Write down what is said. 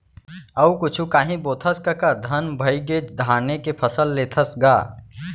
अउ कुछु कांही बोथस कका धन भइगे धाने के फसल लेथस गा?